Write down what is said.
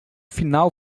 final